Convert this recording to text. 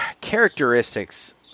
characteristics